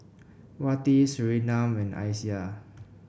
Wati Surinam and Aisyah